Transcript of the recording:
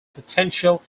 potential